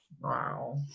wow